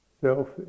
Self